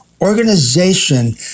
organization